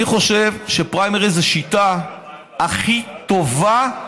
אני חושב שפריימריז זאת השיטה הכי טובה,